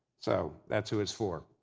so, that's who it's for.